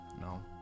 No